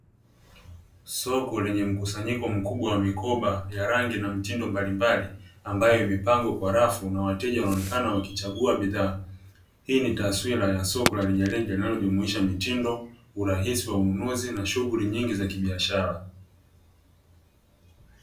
Soko lenye mkusanyiko mkubwa wa mikoba ya rangi na mitindo mbalimbali, ambayo imepangiliwa kwa rafu na wateja wanaonekana wakichagua bidhaa hii ni taswira ya soko la rejareja linalojumuisha mitindo, urahisi wa ununuzi na shughuli nyingi za kibiashara.